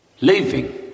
Leaving